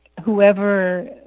Whoever